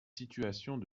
situations